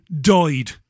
died